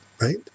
right